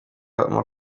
inguzanyo